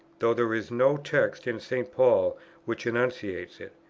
though there is no text in st. paul which enunciates it,